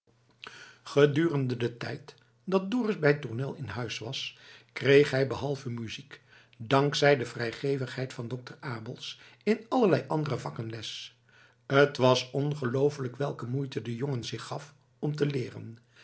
gedurende den tijd dat dorus bij tournel in huis was kreeg hij behalve muziek dank zij de vrijgevigheid van dokter abels in allerlei andere vakken les t was ongeloofelijk welke moeite de jongen zich gaf om te leeren